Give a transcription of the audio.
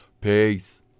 peace